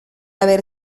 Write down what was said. haber